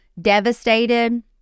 devastated